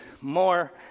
more